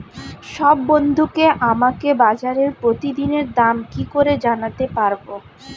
সব বন্ধুকে আমাকে বাজারের প্রতিদিনের দাম কি করে জানাতে পারবো?